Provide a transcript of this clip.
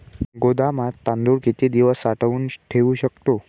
गोदामात तांदूळ किती दिवस साठवून ठेवू शकतो?